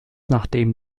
nachdem